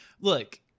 look